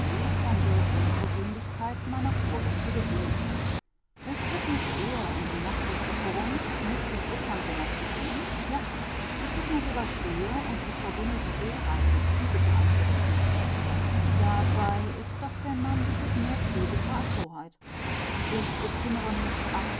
von der unpersönlichkeit meiner kurgäste gewöhnen es wird mir schwer in dem nachtwächter korrundt nicht den opernsänger zu sehen ja es wird mir sogar schwer unsere verbummelte hoheit mit piesecke anzureden dabei ist doch der mann wirklich mehr piesecke als hoheit ich bekümmere mich